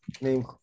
name